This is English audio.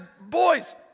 boys